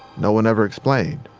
no one ever explained.